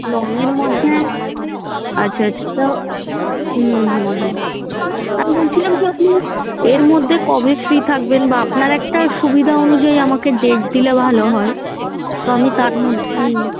লংয়ের মধ্যে আচ্ছা আচ্ছা তো হুম হুম আমি বলছিলাম যে আপনি এর মধ্যে কবে ফ্রি থাকবেন বা আপনার একটা সুবিধা অনুযায়ী আমাকে ডেট দিলে ভালো হয় তো আমি তার মধ্যেই